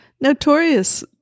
notorious